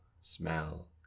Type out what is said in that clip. smell